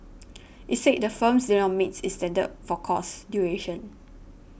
it said the firms did not meet its standards for course duration